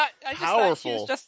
powerful